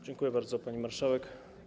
Dziękuję bardzo, pani marszałek.